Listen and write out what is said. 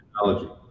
technology